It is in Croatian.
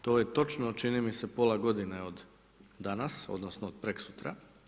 To je točno, čini mi se, pola godine od danas, odnosno od preksutra.